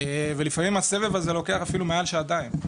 ולפעמים הסבב הזה לוקח אפילו מעל שעתיים,